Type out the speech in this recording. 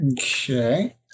Okay